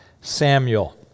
Samuel